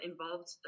Involved